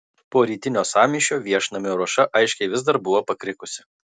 po rytinio sąmyšio viešnamio ruoša aiškiai vis dar buvo pakrikusi